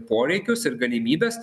poreikius ir galimybes